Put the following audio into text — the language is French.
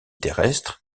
terrestre